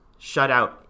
shutout